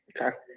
okay